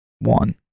one